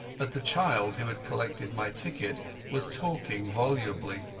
but the child who had collected my ticket was talking volubly.